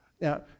Now